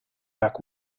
back